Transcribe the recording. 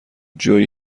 جویی